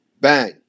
Bang